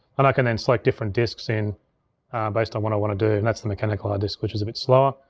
and i can then select different disks in based on what i wanna do. and that's the mechanical ah disk, which is a bit slower.